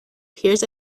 peers